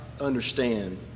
understand